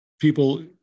people